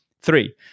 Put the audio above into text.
Three